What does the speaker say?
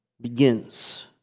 begins